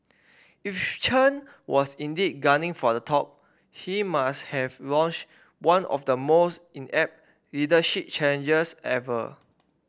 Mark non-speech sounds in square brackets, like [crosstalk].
if [unintelligible] Chen was indeed gunning for the top he must have launched one of the most inept leadership challenges ever